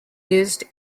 used